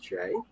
right